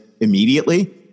immediately